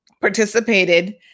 participated